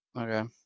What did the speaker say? Okay